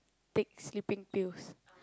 take sleeping pills